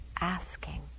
asking